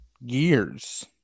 years